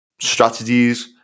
strategies